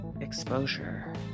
exposure